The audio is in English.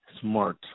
smart